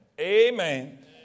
Amen